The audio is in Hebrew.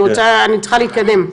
אני צריכה להתקדם.